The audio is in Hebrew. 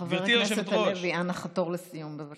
חבר הכנסת הלוי, אנא חתור לסיום, בבקשה.